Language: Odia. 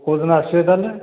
କେଉଁଦିନ ଆସିବେ ତା'ହେଲେ